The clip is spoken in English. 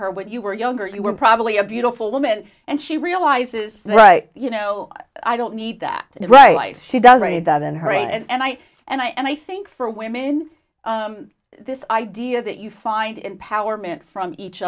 her when you were younger you were probably a beautiful woman and she realizes right you know i don't need that right life she doesn't need that and her and i and i and i think for women this idea that you find empowerment from each